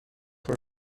for